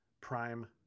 prime